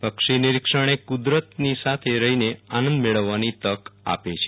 પક્ષીનિરીક્ષણ એ કુદરતની સાથ રહીને આનંદ મેળવવાની તક આપે છે